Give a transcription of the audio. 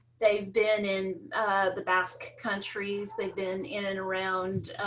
they've been in the basque countries, they've been in and around